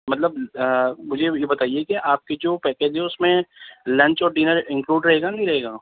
مطلب مجھے یہ بتائیے کہ آپ کی جو پیکیج ہے اس میں لنچ اور ڈنر انکلوڈ رہے گا نہیں رہے گا